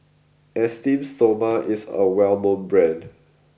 Esteem Stoma is a well known brand